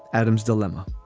adam's dilemma